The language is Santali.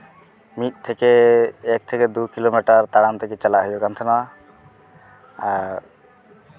ᱢᱤᱫ ᱛᱷᱮᱠᱮ ᱮᱠ ᱛᱷᱮᱠᱮ ᱫᱩ ᱠᱤᱞᱳᱢᱤᱴᱟᱨ ᱛᱟᱲᱟᱢ ᱛᱮᱜᱮ ᱪᱟᱞᱟᱜ ᱦᱩᱭᱩᱜ ᱠᱟᱱ ᱛᱟᱦᱮᱱᱟ ᱟᱨ